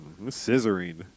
Scissoring